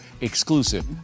exclusive